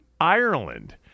Ireland